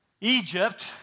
Egypt